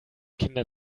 kinder